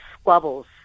squabbles